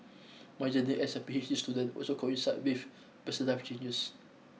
my journey as a P H D student also coincided with person life challenges